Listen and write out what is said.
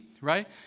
right